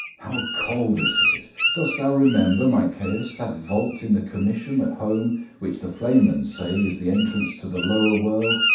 how cold it is! dost thou remember, my caius, that vault in the comitium at home which the flamens say is the entrance to the lower world?